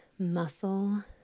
muscle